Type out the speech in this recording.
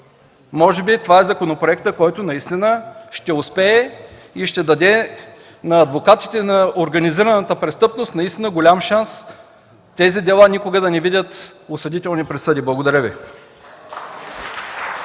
може би това е законопроектът, който наистина ще успее и ще даде на адвокатите на организираната престъпност наистина голям шанс – по тези дела никога да не се видят осъдителни присъди. Благодаря Ви.